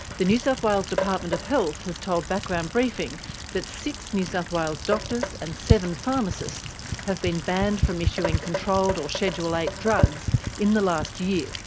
the new south wales department of health has told background briefing that six new south wales doctors and seven pharmacists have been banned from issuing controlled, or schedule eight, drugs in the last year,